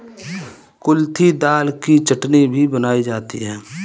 कुल्थी दाल की चटनी भी बनाई जाती है